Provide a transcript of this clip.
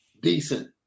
decent